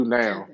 now